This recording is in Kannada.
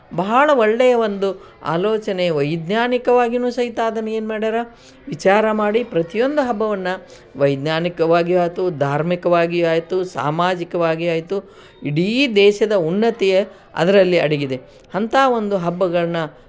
ಬಹಳ ಒಳ್ಳೆಯ ಒಂದು ಆಲೋಚನೆ ವೈಜ್ಞಾನಿಕವಾಗಿಯೂ ಸಹಿತ ಅದನ್ನು ಏನು ಮಾಡಿದಾರೆ ವಿಚಾರ ಮಾಡಿ ಪ್ರತಿಯೊಂದು ಹಬ್ಬವನ್ನು ವೈಜ್ಞಾನಿಕವಾಗಿಯೂ ಆಯ್ತು ಧಾರ್ಮಿಕವಾಗಿಯೂ ಆಯಿತು ಸಾಮಾಜಿಕವಾಗಿ ಆಯಿತು ಇಡೀ ದೇಶದ ಉನ್ನತಿ ಅದರಲ್ಲಿ ಅಡಗಿದೆ ಅಂಥ ಒಂದು ಹಬ್ಬಗಳನ್ನ